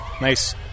nice